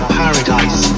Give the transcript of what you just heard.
paradise